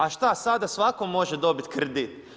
A šta, sada svatko može dobiti kredit?